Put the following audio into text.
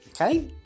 okay